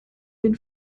den